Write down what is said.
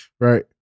right